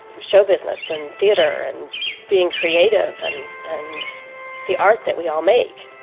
show business, and theater, and being creative and and the art that we all make.